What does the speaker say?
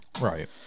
right